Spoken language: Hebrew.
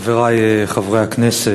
אדוני היושב-ראש, חברי חברי הכנסת,